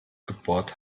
gebohrt